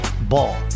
Ball